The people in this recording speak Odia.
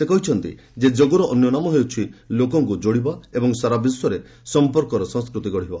ସେ କହିଛନ୍ତି ଯେ ଯୋଗର ଅନ୍ୟ ନାମ ହେଉଛି ଲୋକଙ୍କ ଯୋଡ଼ିବା ଏବଂ ସାରା ବିଶ୍ୱରେ ସଂପର୍କର ସଂସ୍କୃତି ଗଢ଼ିବା